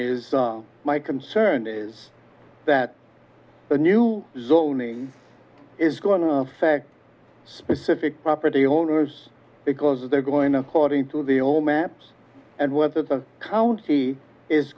is my concern is that the new zoning is going to affect specific property owners because they're going according to the old maps and whether the county is